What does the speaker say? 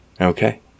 Okay